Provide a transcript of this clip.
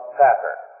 pattern